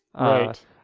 right